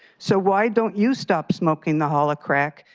so why don't you stop smoking the hala crack,